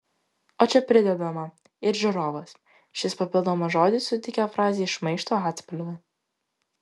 o čia pridedama ir žiūrovas šis papildomas žodis suteikia frazei šmaikštų atspalvį